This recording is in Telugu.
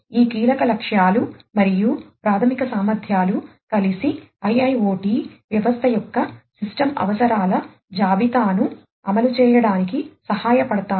ఈ కీలక లక్ష్యాలు మరియు ప్రాథమిక సామర్థ్యాలు కలిసి IIoT వ్యవస్థ అవసరాల జాబితాను అమలు చేయడానికి సహాయపడతాయి